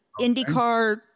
indycar